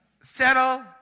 settle